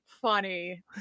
funny